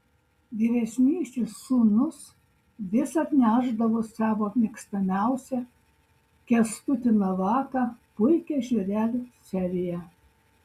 vyresnysis sūnus vis atnešdavo savo mėgstamiausią kęstutį navaką puikią žvėrelių seriją